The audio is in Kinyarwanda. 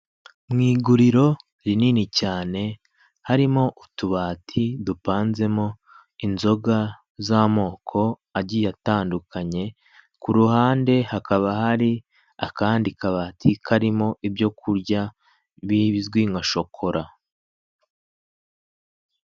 Mu iguriro rinini cyane, harimo utubati dupanzemo inzoga z'amoko agiye atandukanye, ku ruhande hakaba hari akandi kabati karimo ibyo kurya bizwi nka shokora.